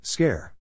Scare